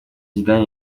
zidane